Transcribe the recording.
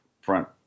front